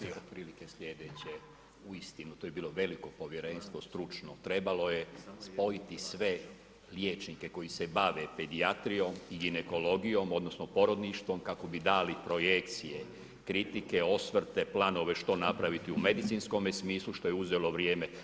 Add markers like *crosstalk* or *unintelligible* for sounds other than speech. Odgovor … *unintelligible* uistinu, tu je bilo veliko povjerenstvo, stručno, trebalo je spojiti sve liječnike, koji se bave pedijatrijom i ginekologijom, odnosno, porodništvom kako bi dali projekcije, kritike, osvrte, planove, što napraviti u medicinskome smislu, što je uzelo vrijeme.